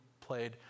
played